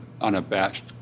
unabashed